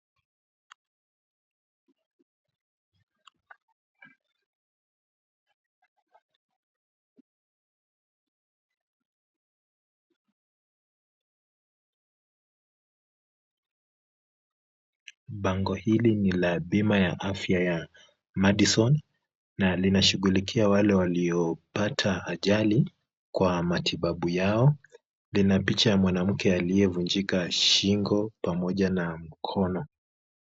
Bango hili ni la bima ya afya ya Madison, na linashughulikia wale waliopata ajali kwa matibabu yao. Lina picha ya mwanamke aliyevunjika shingo pamoja na mkono.